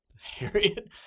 Harriet